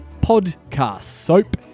podcastsoap